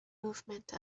movement